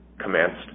commenced